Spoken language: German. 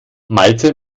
malte